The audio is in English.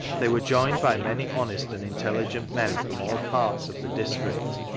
they were joined by many honest and intelligent men from all parts of the district,